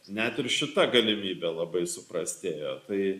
net ir šita galimybė labai suprastėjo tai